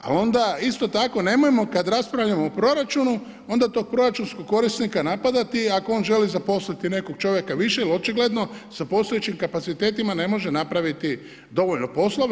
Ali onda isto tako nemojmo kada raspravljamo o proračunu, onda tog proračunskog korisnika napadati ako on želi zaposliti nekog čovjeka više jer očigledno sa postojećim kapacitetima ne može napraviti dovoljno poslova.